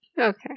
Okay